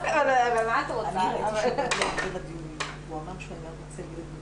באמת פרשתם בפנינו מצגת מאוד רהוטה ומרשימה.